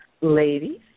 ladies